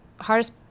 hardest –